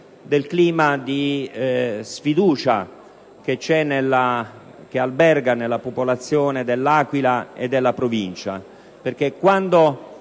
del clima di sfiducia che alberga nella popolazione dell'Aquila e della Provincia,